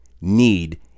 need